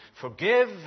forgive